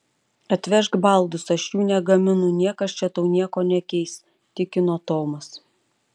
atvežk baldus aš jų negaminu niekas čia tau nieko nekeis tikino tomas